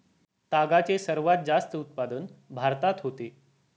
तागाचे सर्वात जास्त उत्पादन भारतात होते